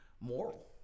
Moral